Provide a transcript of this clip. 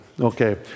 Okay